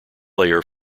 layer